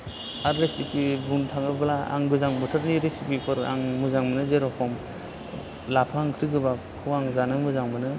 आरो रिसिफि बुंनो थाङोब्ला आं गोजां बोथोरनि रिसिफिफोर आं मोजां मोनो जेर'खम लाफा ओंख्रि गोबाबखौ आं जानो मोजां मोनो